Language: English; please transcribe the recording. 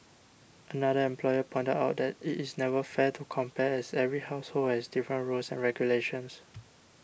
another employer pointed out that it is never fair to compare as every household has different rules and regulations